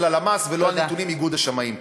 הלמ"ס ולא על הנתונים מאיגוד השמאים.